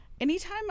anytime